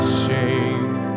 shame